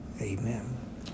Amen